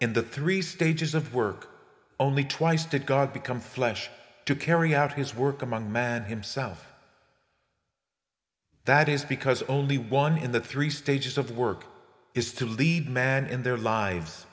in the three stages of work only twice to god become flesh to carry out his work among man himself that is because only one in the three stages of the work is to lead men in their lives